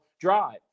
drive